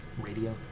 Radio